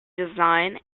design